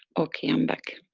okay, i'm back.